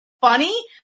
funny